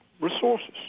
resources